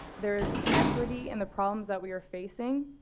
there is inequity in the problems that we are facing.